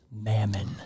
Mammon